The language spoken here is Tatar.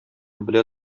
белә